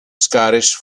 scottish